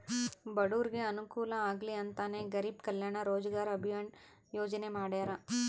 ಬಡೂರಿಗೆ ಅನುಕೂಲ ಆಗ್ಲಿ ಅಂತನೇ ಗರೀಬ್ ಕಲ್ಯಾಣ್ ರೋಜಗಾರ್ ಅಭಿಯನ್ ಯೋಜನೆ ಮಾಡಾರ